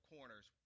Corners